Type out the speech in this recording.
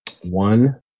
one